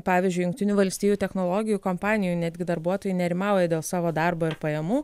pavyzdžiui jungtinių valstijų technologijų kompanijų netgi darbuotojai nerimauja dėl savo darbo ir pajamų